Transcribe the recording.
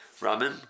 ramen